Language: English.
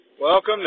Welcome